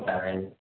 pen